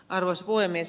arvoisa puhemies